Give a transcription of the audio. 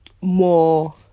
more